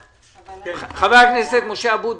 חבר הכנסת משה אבוטבול.